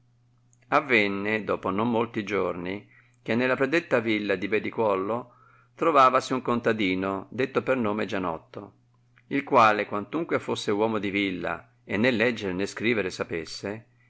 avenne lopò non molti giorni clie nella predetta villa di bedicuollo trovavasi un contadino detto per nome gianotto il quale quantunque fosse uomo di villa e né leggere né scrivere sapesse